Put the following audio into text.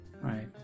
right